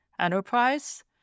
enterprise